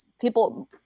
people